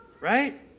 right